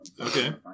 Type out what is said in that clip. Okay